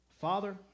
Father